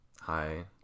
Hi